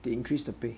they increase to pay